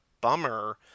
bummer